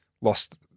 lost